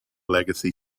legacy